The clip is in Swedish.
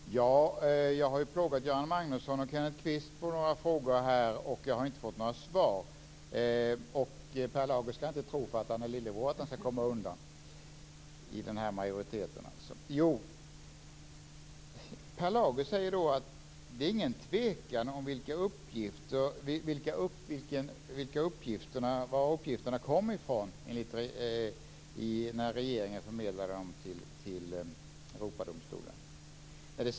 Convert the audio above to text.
Fru talman! Jag har plågat Göran Magnusson och Kenneth Kvist på några punkter, och jag har inte fått några svar. Per Lager skall inte tro att han skall komma undan för att han är lillebror i denna majoritet. Per Lager säger att det inte var någon tvekan om varifrån uppgifterna kom när regeringen förmedlade dem till Europadomstolen.